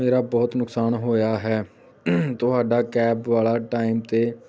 ਮੇਰਾ ਬਹੁਤ ਨੁਕਸਾਨ ਹੋਇਆ ਹੈ ਤੁਹਾਡਾ ਕੈਬ ਵਾਲਾ ਟਾਈਮ 'ਤੇ